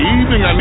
evening